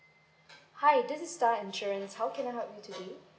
hi this is star insurance how can I help you today